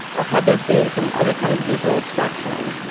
or had there been some other kind of visual obstruction,